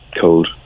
cold